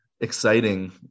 exciting